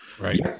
right